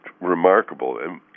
remarkable